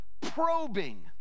probing